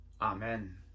amen